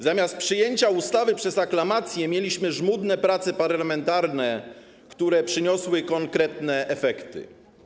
Zamiast przyjęcia ustawy przez aklamację mieliśmy żmudne prace parlamentarne, które przyniosły konkretne efekty.